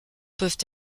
peuvent